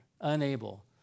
unable